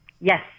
Yes